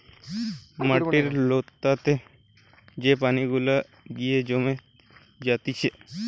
মাটির তোলাতে যে পানি গুলা গিয়ে জমে জাতিছে